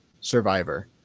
survivor